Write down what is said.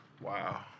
Wow